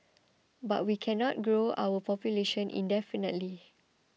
but we cannot grow our population indefinitely